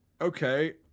okay